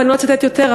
ואני לא אצטט יותר,